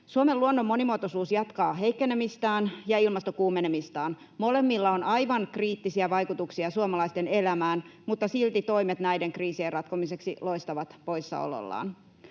Suomen luonnon monimuotoisuus jatkaa heikkenemistään ja ilmasto kuumenemistaan. Molemmilla on aivan kriittisiä vaikutuksia suomalaisten elämään, mutta silti toimet näiden kriisien ratkomiseksi loistavat poissaolollaan.